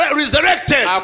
resurrected